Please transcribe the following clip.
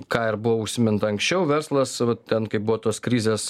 ką ir buvo užsiminta anksčiau verslas vat ten kaip buvo tos krizės